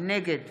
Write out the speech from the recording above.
נגד